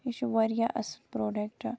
یہِ چھُ واریاہ اَصٕل پروڈکٹ